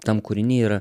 tam kūriny yra